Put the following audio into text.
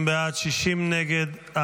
50 בעד, 60 נגד.